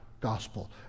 gospel